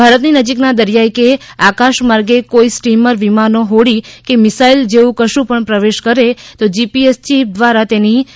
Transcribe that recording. ભારતની નજીકના દરિયાઇ કે આકાશ માર્ગે કોઇ સ્ટીમ્બર વિમાનો હોડી કે મિસાઇલ જેવુ કશુ પણ પ્રવેશ કરે તો જીપીએસ ચીપ દ્વારા તેની જાણ થઇ જાયછે